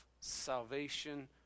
salvation